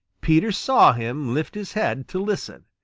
peter saw him lift his head to listen.